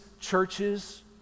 churches